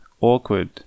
awkward